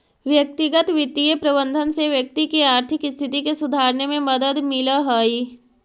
व्यक्तिगत वित्तीय प्रबंधन से व्यक्ति के आर्थिक स्थिति के सुधारने में मदद मिलऽ हइ